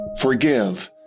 Forgive